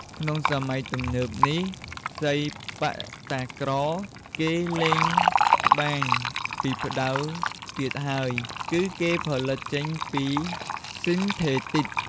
ក្នុងសម័យទំនើបនេះសីប៉ាក់តាក្រគេលែងត្បាញពីផ្ដៅទៀតហើយ គឺគេផលិតចេញពី ស៊ីនថេទីក ។